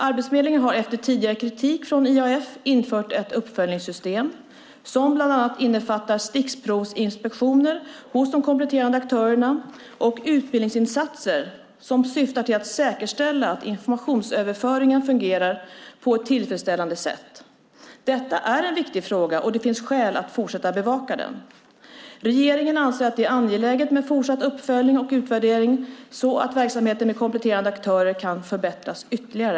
Arbetsförmedlingen har efter tidigare kritik från IAF infört ett uppföljningssystem, som bland annat innefattar stickprovsinspektioner hos de kompletterande aktörerna och utbildningsinsatser som syftar till att säkerställa att informationsöverföringen fungerar på ett tillfredsställande sätt. Detta är en viktig fråga, och det finns skäl att fortsätta att bevaka den. Regeringen anser att det är angeläget med fortsatt uppföljning och utvärdering så att verksamheten med kompletterande aktörer kan förbättras ytterligare.